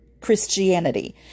Christianity